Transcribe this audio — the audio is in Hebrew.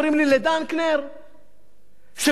שקורא המנכ"ל שלה